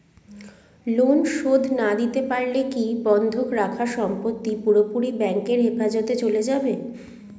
Loan শোধ না দিতে পারলে কি বন্ধক রাখা সম্পত্তি পুরোপুরি ব্যাংকের হেফাজতে চলে যাবে?